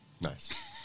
Nice